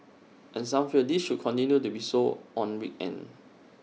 and some feel this should continue to be so on weekends